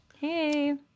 Hey